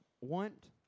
Want